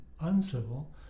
uncivil